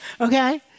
Okay